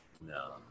no